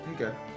Okay